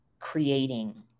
creating